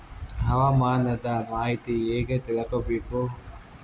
ಹವಾಮಾನದ ಮಾಹಿತಿ ಹೇಗೆ ತಿಳಕೊಬೇಕು?